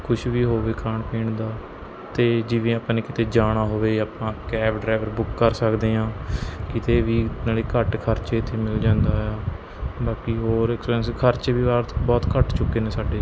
ਕੁਛ ਵੀ ਹੋਵੇ ਖਾਣ ਪੀਣ ਦਾ ਅਤੇ ਜਿਵੇਂ ਆਪਾਂ ਨੇ ਕਿਤੇ ਜਾਣਾ ਹੋਵੇ ਆਪਾਂ ਕੈਬ ਡਰਾਈਵਰ ਬੁੱਕ ਕਰ ਸਕਦੇ ਹਾਂ ਕਿਤੇ ਵੀ ਨਾਲੇ ਘੱਟ ਖਰਚੇ 'ਤੇ ਮਿਲ ਜਾਂਦਾ ਹੈ ਬਾਕੀ ਹੋਰ ਐਕਸਪੈਂਸ ਖਰਚੇ ਵੀ ਬਹੁਤ ਘੱਟ ਚੁੱਕੇ ਨੇ ਸਾਡੇ